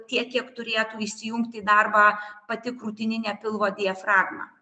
tiek kiek turėtų įsijungti į darbą pati krūtininė pilvo diafragma